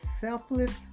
selfless